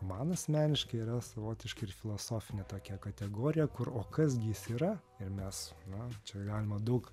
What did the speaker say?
man asmeniškai yra savotiškai ir filosofinė tokia kategorija kur o kas gi jis yra ir mes na čia galima daug